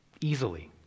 easily